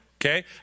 okay